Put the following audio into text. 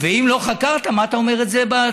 ואם לא חקרת, מה אתה אומר את זה בציבור?